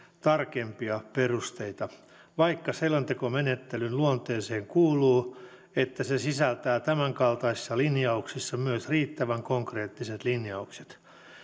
tarkempia perusteita vaikka selontekomenettelyn luonteeseen kuuluu että se sisältää tämän kaltaisissa linjauksissa myös riittävän konkreettiset linjaukset